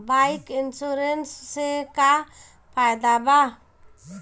Bike insurance से का फायदा बा?